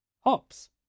Hops